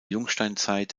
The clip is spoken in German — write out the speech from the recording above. jungsteinzeit